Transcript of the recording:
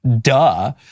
Duh